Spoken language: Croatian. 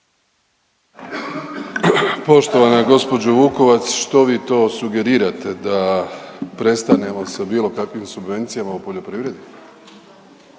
Poštovana gđo Vukovac, što vi to sugerirate, da prestanemo sa bilo kakvim subvencijama u poljoprivredi?